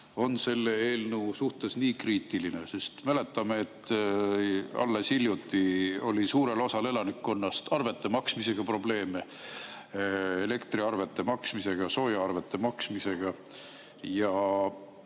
on selle eelnõu suhtes nii kriitiline. Sest mäletame, et alles hiljuti oli suurel osal elanikkonnast arvete maksmisega probleeme, elektriarvete maksmisega, soojaarvete maksmisega. Ja